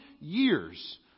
years